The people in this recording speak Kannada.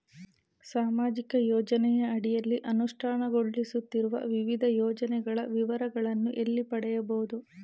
ಸಾಮಾಜಿಕ ಯೋಜನೆಯ ಅಡಿಯಲ್ಲಿ ಅನುಷ್ಠಾನಗೊಳಿಸುತ್ತಿರುವ ವಿವಿಧ ಯೋಜನೆಗಳ ವಿವರಗಳನ್ನು ಎಲ್ಲಿ ಪಡೆಯಬಹುದು?